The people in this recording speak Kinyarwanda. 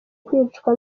kwicwa